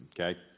okay